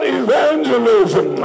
evangelism